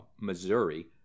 Missouri